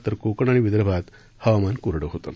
तर कोकण आणि विदर्भात हवामान कोरडं होतं